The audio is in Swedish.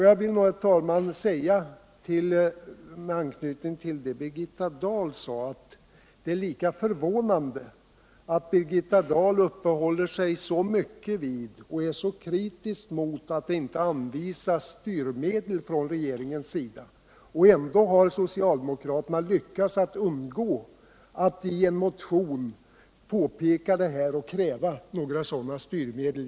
Jag vill, herr talman, med anknytning till det som Birgitta Dahl sade framhålla, att det är lika förvånande att Birgitta Dahl uppehåller sig så mycket vid och är så kritisk mot att det icke anvisas styrmedel från regeringen. Ändå har socialdemokraterna lyckats undgå att i en motion påpeka detta och kräva sådana styrmedel.